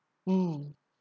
mm